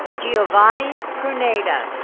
giovanni pruneda.